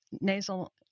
nasal